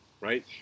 right